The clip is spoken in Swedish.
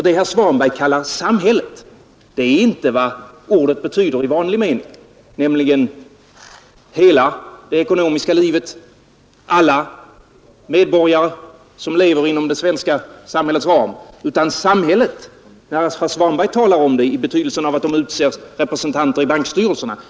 Det herr Svanberg kallar samhället är inte vad ordet betyder i vanlig mening, nämligen hela det ekonomiska livet, alla medborgare som lever inom det svenska samhällets ram, utan samhället, i den betydelse herr Svanberg talar om det, betyder staten, som utser representanter i bankstyrelserna.